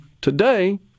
today